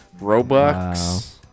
Robux